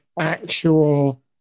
actual